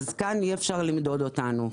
כאן אי אפשר למדוד אותנו.